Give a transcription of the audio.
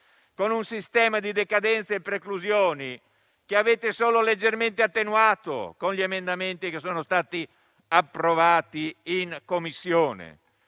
con un sistema di decadenze e preclusioni che avete solo leggermente attenuato con gli emendamenti che sono stati approvati in Commissione.